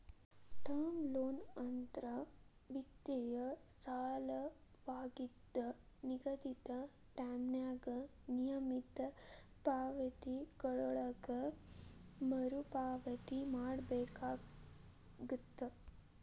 term loan ಅಂದ್ರ ವಿತ್ತೇಯ ಸಾಲವಾಗಿದ್ದ ನಿಗದಿತ ಟೈಂನ್ಯಾಗ ನಿಯಮಿತ ಪಾವತಿಗಳೊಳಗ ಮರುಪಾವತಿ ಮಾಡಬೇಕಾಗತ್ತ